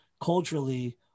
culturally